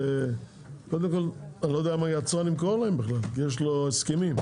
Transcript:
אני לא יודע מה היצרן ימכור להם בכלל כי יש לו הסכמים.